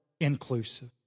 inclusive